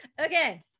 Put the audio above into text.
okay